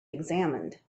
examined